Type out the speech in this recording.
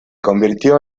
convirtió